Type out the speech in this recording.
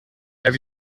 have